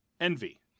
Envy